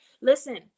Listen